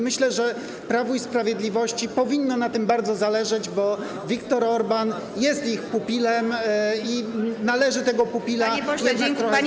Myślę, że Prawu i Sprawiedliwości powinno na tym bardzo zależeć, bo Viktor Orbán jest ich pupilem i należy tego pupila jednak trochę.